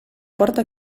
porta